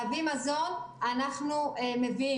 להביא מזון, אנחנו מביאים.